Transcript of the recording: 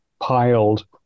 piled